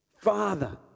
Father